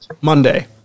Monday